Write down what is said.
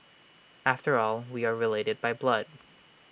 after all we are related by blood